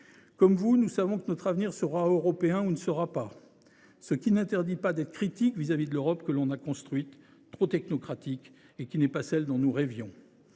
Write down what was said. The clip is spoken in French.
Comme vous, nous savons que notre avenir sera européen ou ne sera pas. Cela n’interdit pas d’être critique vis à vis de l’Europe que nous avons construite, une Europe trop technocratique et loin de celle dont nous rêvions.